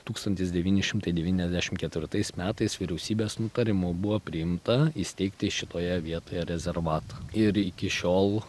tūkstantis devyni imtai devyniasdešim ketvirtais metais vyriausybės nutarimu buvo priimta įsteigti šitoje vietoje rezervatą ir iki šiol